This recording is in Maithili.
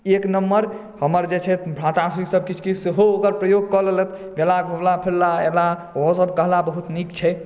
एक नम्बर हमर जे छथि भ्राता श्री सभ किछु किछु सेहो ओकर प्रयोग कऽ लेलथि गेला घुमला फिरला एला ओहो सभ कहला बहुत नीक छै